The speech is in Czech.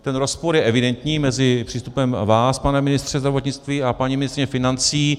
Ten rozpor je evidentní mezi přístupem vás, pane ministře zdravotnictví, a paní ministryně financí.